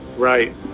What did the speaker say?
Right